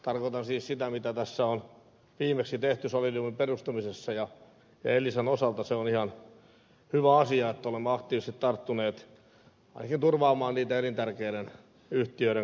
tarkoitan siis sitä mitä tässä on viimeksi tehty solidiumin perustamisessa ja elisan osalta se on ihan hyvä asia että olemme aktiivisesti tarttuneet ainakin turvaamaan elintärkeiden yhtiöiden kotimaisuutta